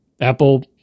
Apple